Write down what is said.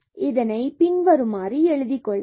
இதை இவ்வாறு எழுதிக் கொள்ளலாம்